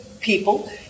people